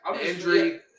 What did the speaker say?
Injury